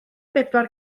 bedwar